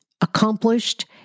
accomplished